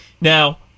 Now